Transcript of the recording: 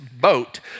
boat